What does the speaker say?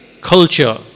culture